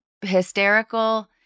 hysterical